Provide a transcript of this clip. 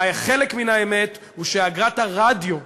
חלק מן האמת הוא שאגרת הרדיו משודרת,